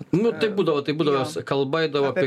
nu taip būdavo taip būdavo jos kalba eidavo apie